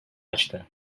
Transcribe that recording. açtı